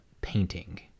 painting